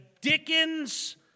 Dickens